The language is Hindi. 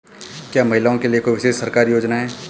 क्या महिलाओं के लिए कोई विशेष सरकारी योजना है?